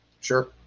Sure